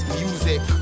music